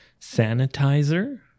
sanitizer